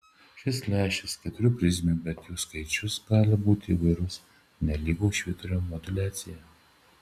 šis lęšis keturių prizmių bet jų skaičius gali būti įvairus nelygu švyturio moduliacija